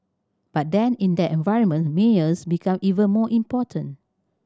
but then in that environment mayors become even more important